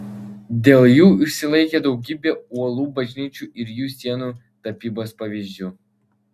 dėl jų išsilaikė daugybė uolų bažnyčių ir jų sienų tapybos pavyzdžių